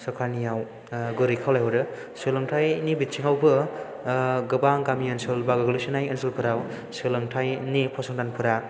सरखारनियाव गुरैयै खावलायहरो सोलोंथायनि बिथिंआवबो गोबां गामि ओनसोल एबा गोग्लैसोनाय ओनसोलफोराव सोलोंथायनि फसंथानफोरा